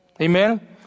Amen